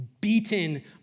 beaten